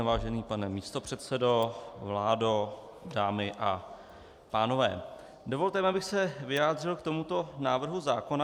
Vážený pane místopředsedo, vládo, dámy a pánové, dovolte mi, abych se vyjádřil k tomuto návrhu zákona.